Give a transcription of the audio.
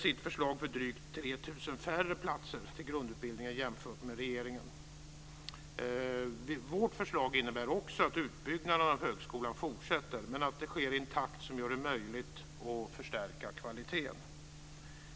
Vårt förslag innebär också att utbyggnaden av högskolan fortsätter men sker i en takt som gör det möjligt att förstärka kvaliteten.